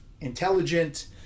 intelligent